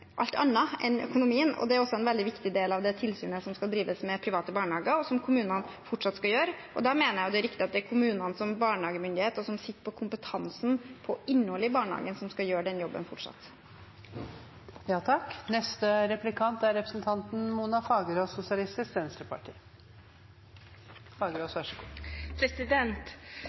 alt annet enn økonomien. Det er også en veldig viktig del av tilsynet av private barnehager, og som kommunene fortsatt skal gjøre. Da mener jeg det er riktig at det er kommunene, som er barnehagemyndighet, og som sitter på kompetansen på innholdet i barnehagene, som fortsatt skal gjøre den jobben. Dagbladet publiserte for et par uker siden en sak om Trygge Barnehager som viser at selskapet har 87 datterselskaper som er